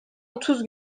otuz